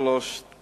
שלוש שנים,